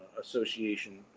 association